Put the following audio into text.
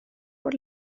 por